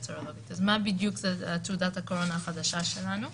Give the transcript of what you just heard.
סרולוגית אז מה בדיוק זה תעודת הקורונה החדשה שלנו?